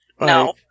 No